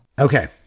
Okay